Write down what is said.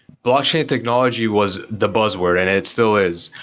blockchain technology was the buzz word and it still is.